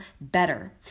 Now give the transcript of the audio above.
better